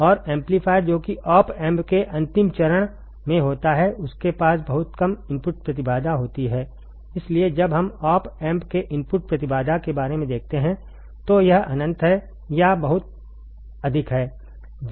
और एम्पलीफायर जो कि ऑप एम्प् के अंतिम चरण में होता है उसके पास बहुत कम इनपुट प्रतिबाधा होती है इसीलिए जब हम ऑप एम्प के इनपुट प्रतिबाधा के बारे में देखते हैं तो यह अनंत है या यह बहुत अधिक है